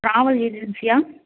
travel ஏஜென்ஸியா